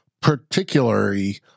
particularly